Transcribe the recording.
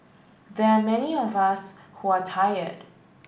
there are many of us who are tired